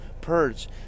purge